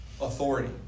authority